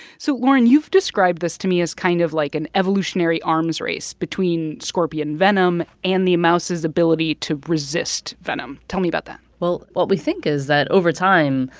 so lauren, you've described this to me as kind of like an evolutionary arms race between scorpion venom and the mouse's ability to resist venom. tell me about that well, what we think is that over time,